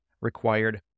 required